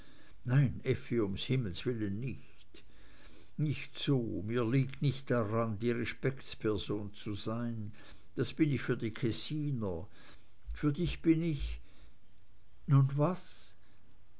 nein effi um himmels willen nicht nicht so mir liegt nicht daran die respektsperson zu sein das bin ich für die kessiner für dich bin ich nun was